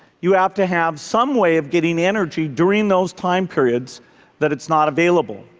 you have to have some way of getting energy during those time periods that it's not available.